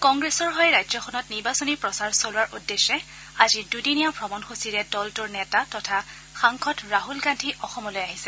কংগ্ৰেছৰ হৈ ৰাজ্যখনত নিৰ্বাচনী প্ৰচাৰ চলোৱাৰ উদ্দেশ্যে আজি দুদিনীয়া ভ্ৰমণ সূচীৰে দলটোৰ নেতা তথা সাংসদ ৰাছল গান্ধী অসমলৈ আহিছে